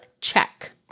check